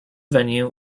venue